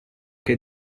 che